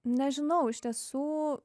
nežinau iš tiesų